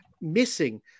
missing